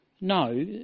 No